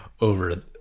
over